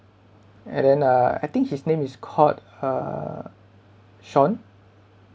and then uh I think his name is called uh shawn